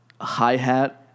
hi-hat